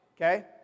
Okay